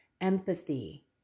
empathy